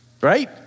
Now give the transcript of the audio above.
Right